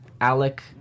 Alec